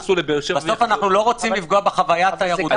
בסוף אנחנו לא רוצים לפגוע בחוויה התיירותית.